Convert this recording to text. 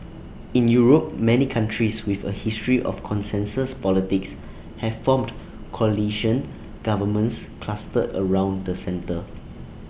in Europe many countries with A history of consensus politics have formed coalition governments clustered around the centre